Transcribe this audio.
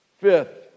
Fifth